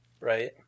Right